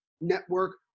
network